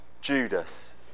Judas